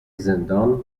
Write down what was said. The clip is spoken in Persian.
زندان